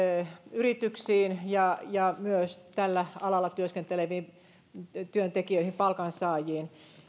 yrityksiin ja ja myös tällä alalla työskenteleviin työntekijöihin palkansaajiin